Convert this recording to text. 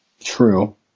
True